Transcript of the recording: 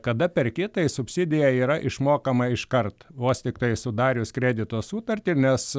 kada perki tai subsidija yra išmokama iškart vos tiktai sudarius kredito sutartį nes